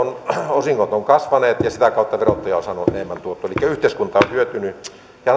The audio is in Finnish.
osingot ovat kasvaneet ja sitä kautta verottaja on saanut enemmän tuottoa elikkä yhteiskunta on hyötynyt ja